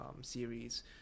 series